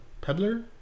peddler